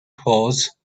hose